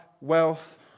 wealth